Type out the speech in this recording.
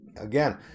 Again